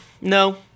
no